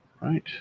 Right